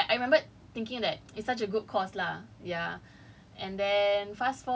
and now I was like but but but I I remembered thinking that it's such a good course lah ya